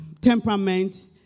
temperaments